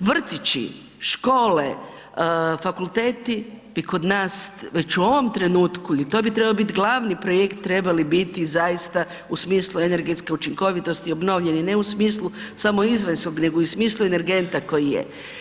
vrtići, škole, fakulteti i kod nas već u ovom trenutku i to bi trebalo biti glavni projekt, trebali biti zaista u smislu energetske učinkovitosti obnovljene, ne u smislu samo izvanjskog nego i u smislu energenta koji je.